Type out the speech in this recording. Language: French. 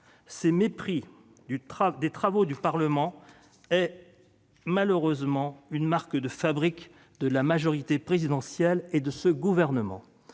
Ce mépris des travaux du Parlement est malheureusement une marque de fabrique de la majorité présidentielle et de ce gouvernement.